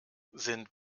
sind